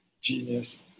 genius